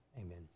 Amen